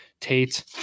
Tate